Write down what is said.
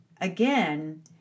again